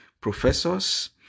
professors